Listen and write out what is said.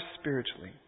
spiritually